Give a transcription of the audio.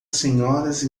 senhoras